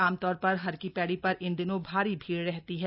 आमतौर पर हर की पैड़ी पर इन दिनों भारी भीड़ रहती है